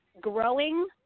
growing